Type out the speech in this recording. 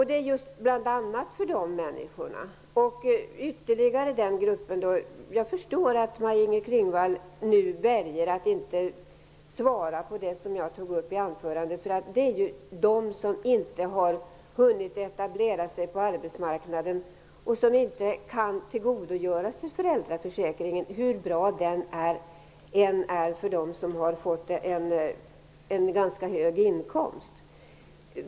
Det gäller just de människorna och den grupp -- jag förstår att Maj-Inger Klingvall nu väljer att inte svara på det som jag tog upp i mitt anförande -- som inte har hunnit etablera sig på arbetsmarknaden och som inte kan tillgodogöra sig föräldraförsäkringen, hur bra den än är för dem som har fått en ganska hög inkomst.